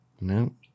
No